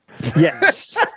Yes